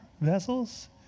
vessels